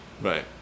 Right